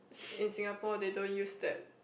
s~ in Singapore they don't use that